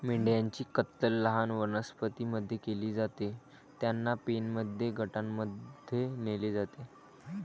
मेंढ्यांची कत्तल लहान वनस्पतीं मध्ये केली जाते, त्यांना पेनमध्ये गटांमध्ये नेले जाते